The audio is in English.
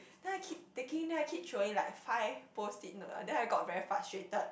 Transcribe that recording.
then I keep taking then I keep throwing like five post-it note then I got very frustrated